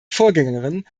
vorgängerin